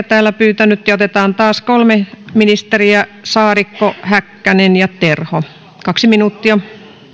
täällä pyytäneet ja otetaan taas kolme ministeriä saarikko häkkänen ja terho kaksi minuuttia